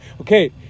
okay